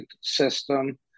system